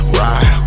ride